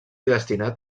destinat